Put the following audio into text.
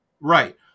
Right